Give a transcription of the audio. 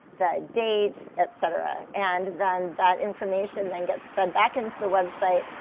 the date, et cetera. and then that information then gets fed back into the website.